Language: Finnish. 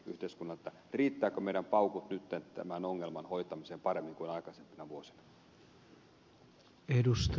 riittävätkö meidän paukkumme nyt tämän ongelman hoitamiseen paremmin kuin aikaisempina vuosina